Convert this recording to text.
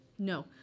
No